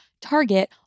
Target